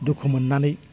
दुखु मोन्नानै